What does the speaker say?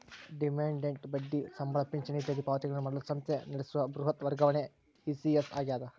dividend ಬಡ್ಡಿ ಸಂಬಳ ಪಿಂಚಣಿ ಇತ್ಯಾದಿ ಪಾವತಿಗಳನ್ನು ಮಾಡಲು ಸಂಸ್ಥೆ ನಡೆಸುವ ಬೃಹತ್ ವರ್ಗಾವಣೆ ಇ.ಸಿ.ಎಸ್ ಆಗ್ಯದ